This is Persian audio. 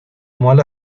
مال